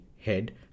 Head